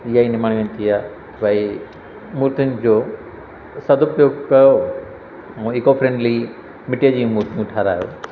इहा ई निमाणी वेनती आहे भाई मूर्तियुनि जो सदुपयोगु कयो ऐं इको फ्रेंडली मिटीअ जी मूर्तियूं ठाराहियो